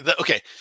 Okay